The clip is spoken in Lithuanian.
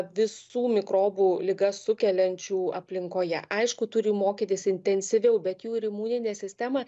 visų mikrobų ligas sukeliančių aplinkoje aišku turi mokytis intensyviau bet jų ir imuninė sistema